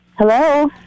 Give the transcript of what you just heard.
Hello